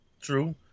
True